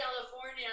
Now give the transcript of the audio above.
California